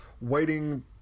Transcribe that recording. waiting